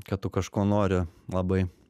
kad tu kažko nori labai